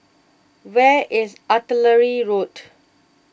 where is Artillery Road